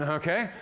and okay.